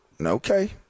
okay